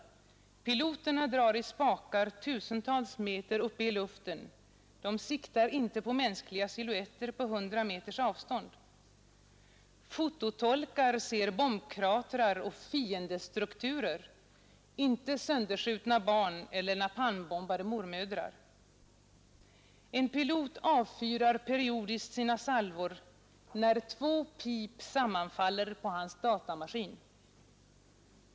Piloterna drar i spakar tusentals meter uppe i luften. De siktar inte på mänskliga silhuetter på 100 meters avstånd. Fototolkar ser bombkratrar och ”fiendestrukturer”, inte sönderskjutna barn eller napalmbombade mormödrar. En pilot avfyrar periodiskt sina salvor när två pip sammanfaller på hans datamaskin.